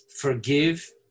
forgive